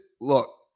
look